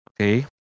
Okay